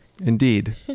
indeed